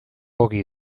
ogi